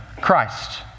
Christ